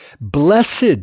Blessed